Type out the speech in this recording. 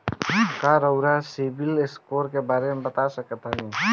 का रउआ CIBIL score के बारे में बता सकतानी?